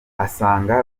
asanga